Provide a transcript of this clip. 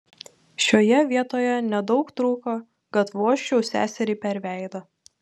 šioje vietoje nedaug trūko kad vožčiau seseriai per veidą